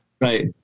Right